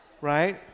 right